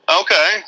Okay